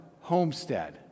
homestead